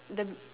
the